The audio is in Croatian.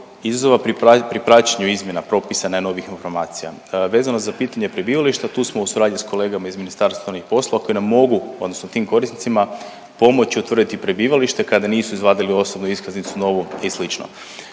izazova pri praćenju izmjena propisa najnovijih informacija. Vezano za pitanje prebivališta tu smo u suradnji s kolegama iz Ministarstva unutarnjih poslova koji nam mogu odnosno tim korisnicima pomoći utvrditi prebivalište kada nisu izvadili osobnu iskaznicu novu i